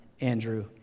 Andrew